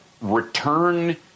return